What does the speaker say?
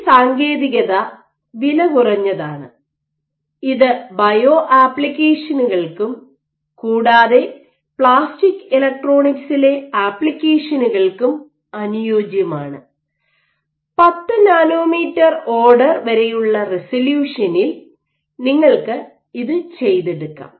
ഈ സാങ്കേതികത വിലകുറഞ്ഞതാണ് ഇത് ബയോആപ്ലിക്കേഷനുകൾക്കും കൂടാതെ പ്ലാസ്റ്റിക് ഇലക്ട്രോണിക്സിലെ ആപ്ലിക്കേഷനുകൾക്കും അനുയോജ്യമാണ് 10 നാനോമീറ്റർ ഓർഡർ വരെയുള്ള റെസല്യൂഷനിൽ നിങ്ങൾക്ക് ഇത് ചെയ്തെടുക്കാം